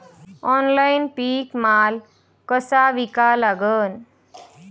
Online पीक माल कसा विका लागन?